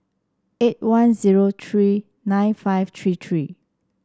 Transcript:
eight one zero three nine five three three